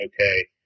okay